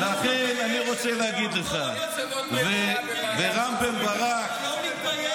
אין סודות מדינה בוועדת חוץ וביטחון.